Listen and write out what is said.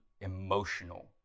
emotional